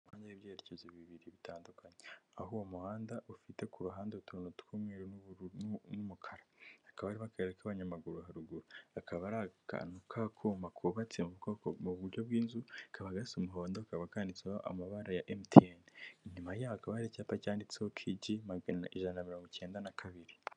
Umuhanda w'ibyerekezo bibiri bitandukanye aho uwo muhanda ufite ku ruhande utuntu tw'umweru n'ubururu n'umukara, hakaba hari akayira k'abanyamaguru haruguru hakaba hari akantu kakuma kubatse mu buryo bw'inzu kaba gasa umuhondo kakaba kanditseho amabara ya emutiyeni inyuma yaka hari icyapa cyanditseho kigi ijana na mirongo cyenda na kabiri.